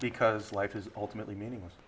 because life is ultimately meaning